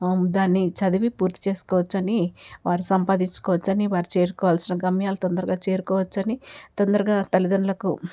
దాన్ని చదివి పూర్తి చేసుకోవచ్చని వారు సంపాదించుకోవచ్చని వారు చేరుకోవాల్సిన గమ్యాలు తొందరగా చేరుకోవచ్చని తొందరగా తల్లిదండ్రులకు